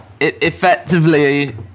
effectively